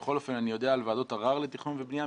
בכל אופן אני יודע על ועדות ערר לתכנון ובנייה,